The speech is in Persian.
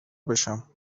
بشم